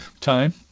time